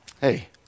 Hey